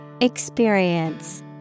Experience